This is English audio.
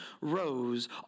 rose